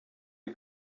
you